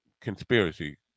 conspiracy